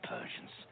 Persians